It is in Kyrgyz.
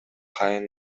кайын